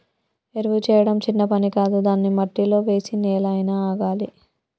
ఎరువు చేయడం చిన్న పని కాదు దాన్ని మట్టిలో వేసి నెల అయినా ఆగాలి